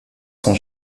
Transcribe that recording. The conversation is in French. sont